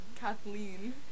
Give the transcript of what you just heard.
kathleen